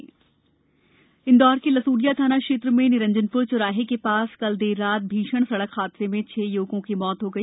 सड़क हादसा इंदौर के लस्डिया थाना क्षेत्र में निरंजनप्र चौराहे के पास कल देर रात भीषण सड़क हाद में छह य्वकों की मौत हो गई